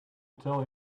tell